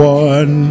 one